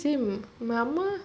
கேளுஉங்கஅம்மா:kelu unga amma